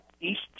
East